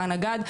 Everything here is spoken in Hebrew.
חנה גד,